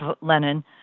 Lenin